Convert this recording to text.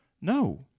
No